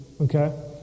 okay